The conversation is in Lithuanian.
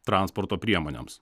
transporto priemonėms